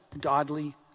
godly